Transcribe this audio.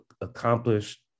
accomplished